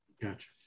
Gotcha